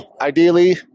ideally